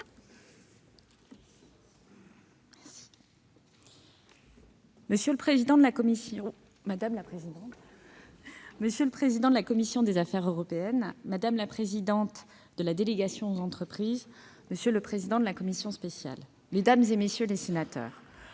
monsieur le président de la commission des affaires européennes, madame la présidente de la délégation sénatoriale aux entreprises, monsieur le président de la commission spéciale, mesdames, messieurs les sénateurs,